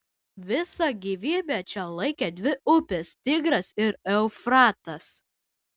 visą gyvybę čia laikė dvi upės tigras ir eufratas